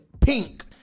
Pink